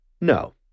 No